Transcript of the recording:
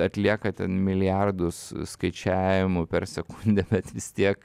atlieka ten milijardus skaičiavimų per sekundę bet vis tiek